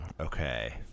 Okay